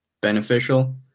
beneficial